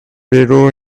below